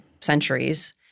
centuries